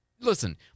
Listen